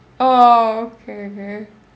oh okay okay